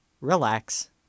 relax